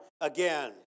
again